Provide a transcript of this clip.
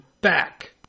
back